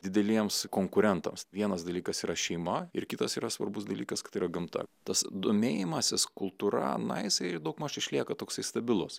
dideliems konkurentams vienas dalykas yra šeima ir kitas yra svarbus dalykas kad tai yra gamta tas domėjimasis kultūra na jisai daugmaž išlieka toksai stabilus